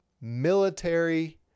military